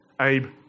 Abe